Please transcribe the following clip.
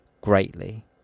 greatly